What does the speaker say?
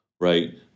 Right